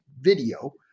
video